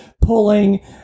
pulling